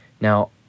now